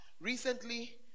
Recently